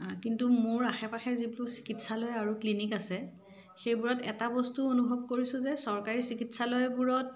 কিন্তু মোৰ আশে পাশে যিবোৰ চিকিৎসালয় আৰু ক্লিনিক আছে সেইবোৰত এটা বস্তু অনুভৱ কৰিছোঁ যে চৰকাৰী চিকিৎসালয়বোৰত